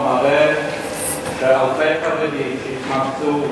מראה שאלפי תלמידים שהתאמצו,